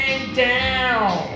down